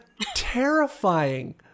terrifying